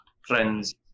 friends